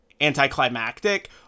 anticlimactic